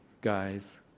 guys